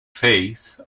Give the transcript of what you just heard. faith